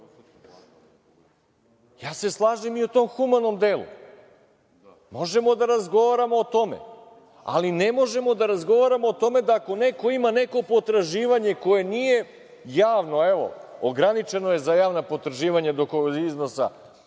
se slažem i o tom humanom delu. Možemo da razgovaramo o tome, ali ne možemo da razgovaramo o tome da ako neko ima neko potraživanje koje nije javno, ograničeno je za javna potraživanja preko kog iznosa